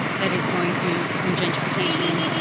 that is going through some gentrification.